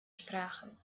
sprachen